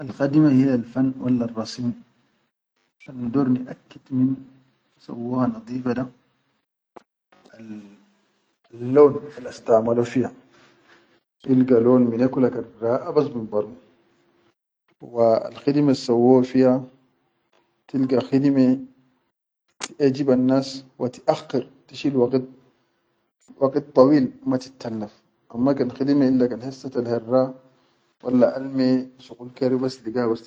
Al khidime hilal fan walla rasi an nidor naʼaqid min sawwoha nadife di da al lon astamolo fi ha tilga lon minne kula kan raʼa bin barum wa al khidime sawwo fiha tilga khidime taʼejiban nas wa tiʼakhir tashil waqit dawil matiltallaf amma kan khidime kan hassatal herra, walla alme shuqul ke di dibas le ga.